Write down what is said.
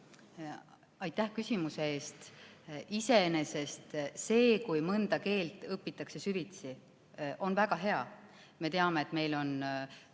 Aitäh küsimuse eest! Iseenesest see, kui mõnda keelt õpitakse süvitsi, on väga hea. Me teame, et meil on